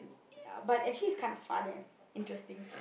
ya but actually it's kind of fun and interesting